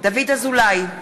דוד אזולאי,